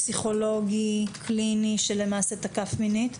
פסיכולוגי, קליני שתקף מינית?